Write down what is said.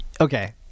Okay